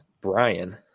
Brian